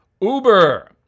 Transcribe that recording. Uber